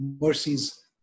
mercies